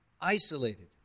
isolated